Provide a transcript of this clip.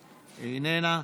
איננה,